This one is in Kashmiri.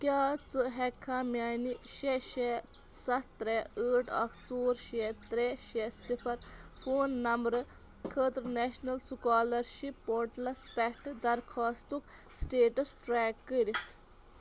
کیٛاہ ژٕ ہیٚککھا میانہِ شےٚ شےٚ سَتھ ترٛےٚ ٲٹھ اَکھ ژور شےٚ ترٛےٚ شےٚ صِفَر فون نمبرٕ خٲطرٕ نیشنَل سُکالرشِپ پورٹلَس پٮ۪ٹھ درخواستُک سِٹیٹس ٹریک کٔرِتھ